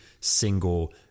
single